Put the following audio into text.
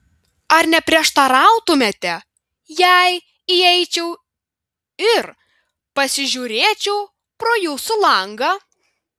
ar neprieštarautumėte jei įeičiau ir pasižiūrėčiau pro jūsų langą